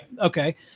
Okay